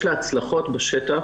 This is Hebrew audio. לתכנית יש הצלחות בשטח.